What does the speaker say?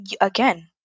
again